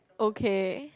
okay